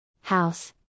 House